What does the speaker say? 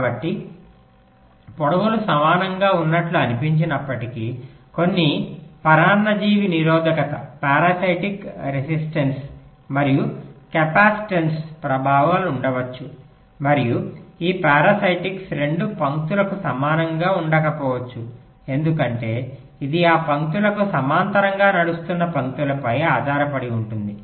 కాబట్టి పొడవులు సమానంగా ఉన్నట్లు అనిపించినప్పటికీ కొన్ని పరాన్నజీవి నిరోధకత మరియు కెపాసిటెన్స్ ప్రభావాలు ఉండవచ్చు మరియు ఈ పారాసిటిక్స్ రెండు పంక్తులకు సమానంగా ఉండకపోవచ్చు ఎందుకంటే ఇది ఆ పంక్తులకు సమాంతరంగా నడుస్తున్న పంక్తులపై ఆధారపడి ఉంటుంది